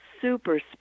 super